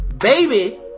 baby